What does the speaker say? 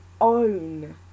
own